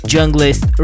Junglist